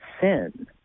sin